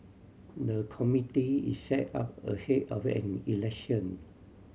the committee is set up ahead of an election